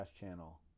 channel